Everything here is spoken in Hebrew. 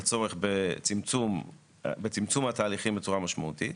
לצורך בצמצום התהליכים בצורה משמעותית.